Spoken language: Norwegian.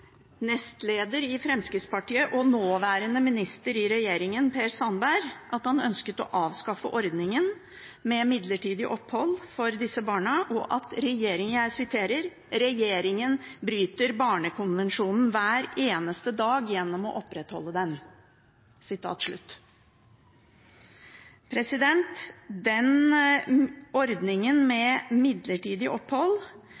nestleder i Fremskrittspartiet og nåværende minister i regjeringen, Per Sandberg, at han ønsket å avskaffe ordningen med midlertidig opphold for disse barna og at «regjeringen bryter barnekonvensjonen hver eneste dag» gjennom å opprettholde den.